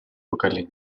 поколения